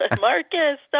Marcus